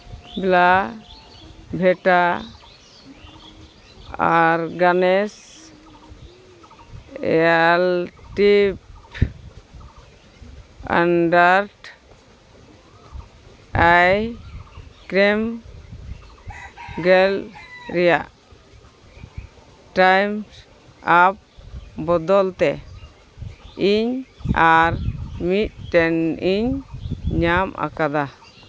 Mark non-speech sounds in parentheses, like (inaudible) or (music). (unintelligible) ᱵᱷᱤᱴᱟ ᱟᱨ ᱜᱚᱱᱮᱥ ᱤᱭᱟᱞᱴᱤᱵᱽ ᱟᱱᱰᱟᱨ ᱟᱭᱴᱮᱢ ᱜᱮᱞ ᱨᱮᱭᱟᱜ ᱴᱟᱭᱤᱢ ᱟᱯ ᱵᱚᱫᱚᱞ ᱛᱮ ᱤᱧ ᱟᱨ ᱢᱤᱫᱴᱮᱱ ᱤᱧ ᱧᱟᱢ ᱟᱠᱟᱫᱟ